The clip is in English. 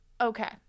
okay